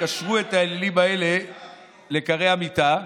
קשרו את האלילים האלה לכרי המיטה,